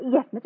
Yes